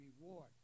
reward